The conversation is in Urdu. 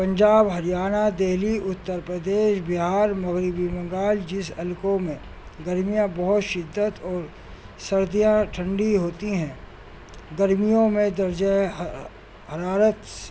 پنجاب ہریانہ دلی اتر پردیش بہار مغربی منگال جس علاقوں میں گرمیاں بہت شدت اور سردیاں ٹھنڈی ہوتی ہیں گرمیوں میں درجہ ہر حرارت